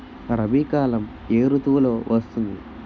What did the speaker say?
రబీ కాలం ఏ ఋతువులో వస్తుంది?